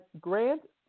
Grant